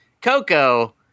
Coco